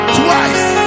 twice